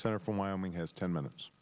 senator from wyoming has ten minutes